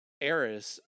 Eris